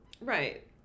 Right